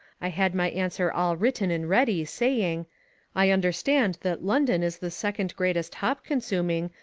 i had my answer all written and ready, saying i understand that london is the second greatest hop-consuming,